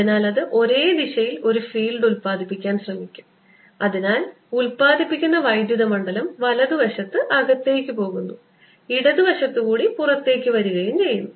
അതിനാൽ അത് ഒരേ ദിശയിൽ ഒരു ഫീൽഡ് ഉത്പാദിപ്പിക്കാൻ ശ്രമിക്കും അതിനാൽ ഉൽപാദിപ്പിക്കുന്ന വൈദ്യുത മണ്ഡലം വലതുവശത്ത് അകത്തേക്ക് പോകുന്നു ഇടതുവശത്ത് കൂടി പുറത്തേക്ക് വരികയും ചെയ്യും